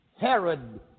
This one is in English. Herod